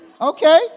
Okay